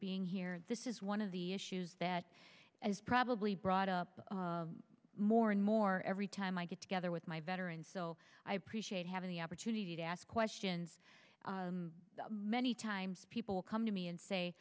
being here this is one of the issues that is probably brought up more and more every time i get together with my veterans so i appreciate having the opportunity to ask questions many times people come to me and say